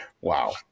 wow